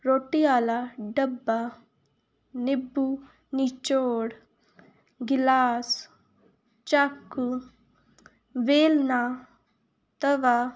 ਰੋਟੀ ਵਾਲਾ ਡੱਬਾ ਨਿੰਬੂ ਨਿਚੋੜ ਗਿਲਾਸ ਚਾਕੂ ਵੇਲਣਾ ਤਵਾ